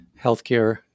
healthcare